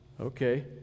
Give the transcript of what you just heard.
Okay